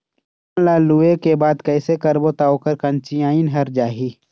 धान ला लुए के बाद कइसे करबो त ओकर कंचीयायिन हर जाही?